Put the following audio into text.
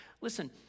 Listen